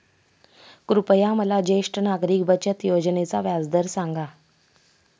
कृपया मला ज्येष्ठ नागरिक बचत योजनेचा व्याजदर सांगा